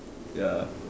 ya